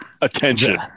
attention